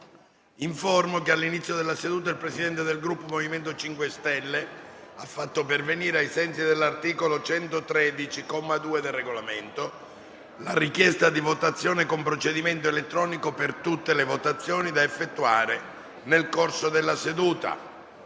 che all'inizio della seduta il Presidente del Gruppo MoVimento 5 Stelle ha fatto pervenire, ai sensi dell'articolo 113, comma 2, del Regolamento, la richiesta di votazione con procedimento elettronico per tutte le votazioni da effettuare nel corso della seduta.